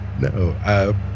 no